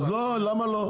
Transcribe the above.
למה לא?